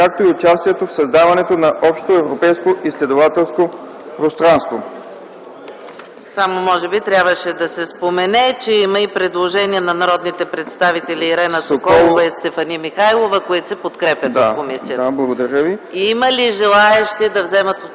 както и участието в създаването на общоевропейско изследователско пространство.”